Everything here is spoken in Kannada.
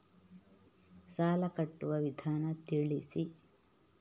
ಸಾಲ ಕಟ್ಟುವ ವಿಧಾನ ತಿಳಿಸಿ?